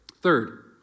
Third